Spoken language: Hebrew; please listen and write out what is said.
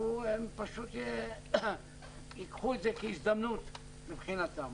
הם פשוט ייקחו את זה כהזדמנות מבחינתם.